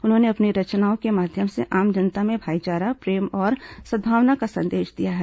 उन्होंने अपनी रचनाओं के माध्यम से आम जनता में भाईचारा प्रेम और सदभावना का संदेश दिया है